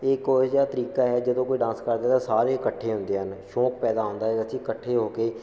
ਇਹ ਇੱਕ ਇਹੋ ਜਿਹਾ ਤਰੀਕਾ ਹੈ ਜਦੋਂ ਕੋਈ ਡਾਂਸ ਕਰਦੇ ਤਾਂ ਸਾਰੇ ਇਕੱਠੇ ਹੁੰਦੇ ਹਨ ਸ਼ੌਕ ਪੈਦਾ ਹੁੰਦਾ ਅਸੀਂ ਇਕੱਠੇ ਹੋ ਕੇ